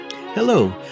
Hello